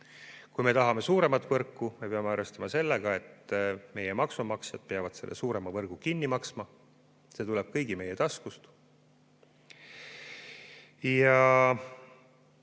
Kui me tahame suuremat võrku, peame arvestama sellega, et meie maksumaksjad peavad selle suurema võrgu ka kinni maksma. See [raha] tuleb kõigi meie taskust. Ja